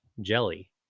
jelly